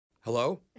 Hello